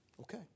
okay